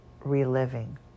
reliving